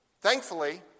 Thankfully